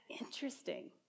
interesting